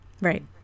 Right